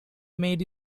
made